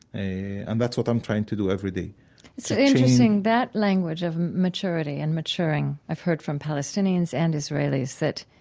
and that's what i'm trying to do every day so it's interesting. that language of maturity and maturing i've heard from palestinians and israelis that